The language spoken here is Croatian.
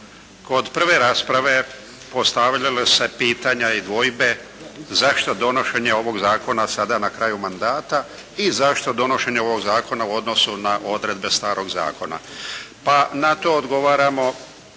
Kod prve rasprave postavljala su se pitanja i dvojbe zašto donošenje ovog zakona sada na kraju mandata i zašto donošenje ovog zakona u odnosu na odredbe starog zakona. Pa na to odgovaramo